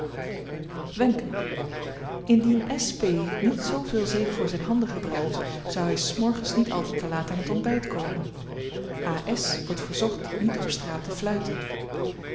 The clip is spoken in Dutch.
wenken indien s p niet zooveel zeep voor zijn handen gebruikte zou hij s morgens niet altijd te laat aan het ontbijt komen a s wordt verzocht niet op straat te fluiten